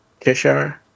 Kishar